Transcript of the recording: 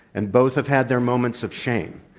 and both have had their moments of shame.